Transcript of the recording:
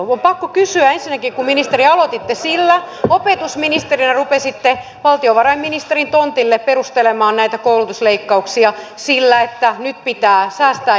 on pakko kysyä ensinnäkin kun ministeri aloititte sillä opetusministerinä rupesitte valtiovarainministerin tontille perustelemaan näitä koulutusleikkauksia että nyt pitää säästää ettei velkaannuta